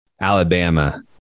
Alabama